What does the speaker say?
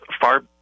far